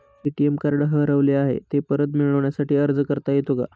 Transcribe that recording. ATM card हरवले आहे, ते परत मिळण्यासाठी अर्ज करता येतो का?